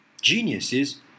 Geniuses